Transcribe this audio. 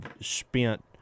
spent